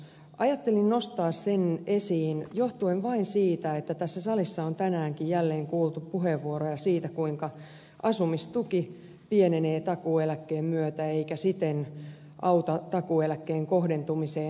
ajattelin nostaa sen esiin johtuen vain siitä että tässä salissa on tänäänkin jälleen kuultu puheenvuoroja siitä kuinka asumistuki pienenee takuueläkkeen myötä eikä siten auta takuueläkkeen kohdentumiseen